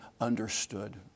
understood